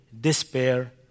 despair